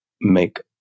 make